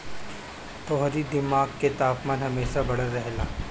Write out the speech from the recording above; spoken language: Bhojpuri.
तोहरी दिमाग के तापमान हमेशा बढ़ल रहेला